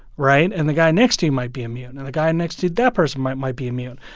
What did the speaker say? right? and the guy next to you might be immune, and the guy next to that person might might be immune.